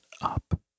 up